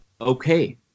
Okay